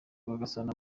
rwagasana